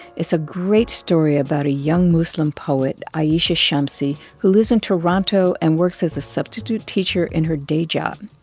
it's a great story about a young muslim poet, ayesha shamsi, who lives in toronto and works as a substitute teacher in her day job.